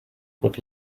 would